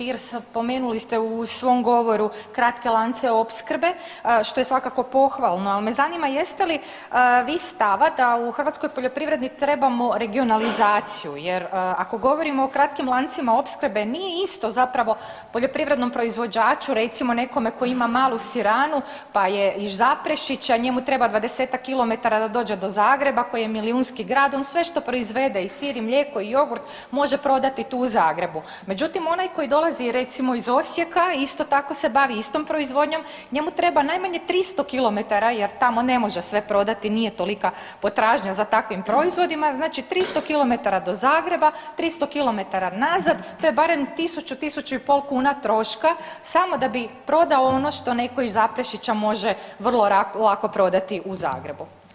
Poštovana kolegice Petir, spomenuli ste u svom govoru kratke lance opskrbe, što je svakako pohvalno, al me zanima jeste li vi stava da u hrvatskoj poljoprivredi trebamo regionalizaciju jer ako govorimo o kratkim lancima opskrbe nije isto zapravo poljoprivrednom proizvođaču recimo nekome ko ima malu siranu, pa je iz Zaprešića, njemu treba 20-tak kilometara da dođe do Zagreba koji je milijunski grad, on sve što proizvede i sir i mlijeko i jogurt može prodati tu u Zagrebu, međutim onaj koji dolazi recimo iz Osijeka isto tako se bavi istom proizvodnjom njemu treba najamne 300 kilometara jer tamo ne može sve prodati, nije tolika potražnja za takvim proizvodima, znači 300 kilometara do Zagreba, 300 kilometara nazad, to je barem 1000-1500 kuna troška samo da bi prodao ono što neko iz Zaprešića može vrlo lako prodati u Zagrebu.